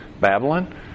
Babylon